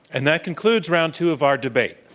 and that concludes round two of our debate.